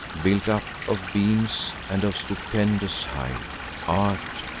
built up of beams, and of stupendous height art,